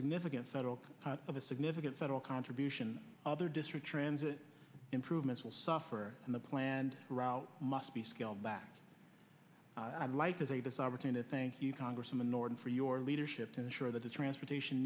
significant federal of a significant federal contribution other district transit improvements will suffer and the planned route must be scaled back i'd like to say this opportunity thank you congresswoman norton for your leadership to ensure that the transportation